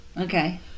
Okay